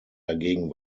dagegen